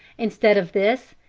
instead of this,